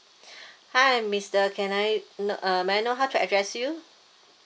hi mister can I know uh may I know how to address you